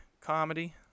comedy